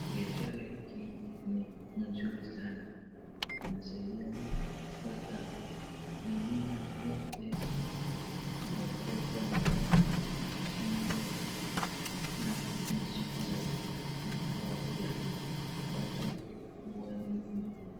Biashara hiki, ni mzuri sana. Inasidia watu kupata aina yote ya kuweka mkono, shingo na masikio, na pua pia, watu wanunue.